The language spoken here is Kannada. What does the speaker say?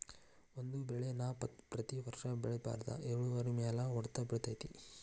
ಒಂದೇ ಬೆಳೆ ನಾ ಪ್ರತಿ ವರ್ಷ ಬೆಳಿಬಾರ್ದ ಇಳುವರಿಮ್ಯಾಲ ಹೊಡ್ತ ಬಿಳತೈತಿ